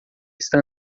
está